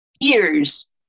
ears